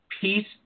peace